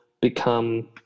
become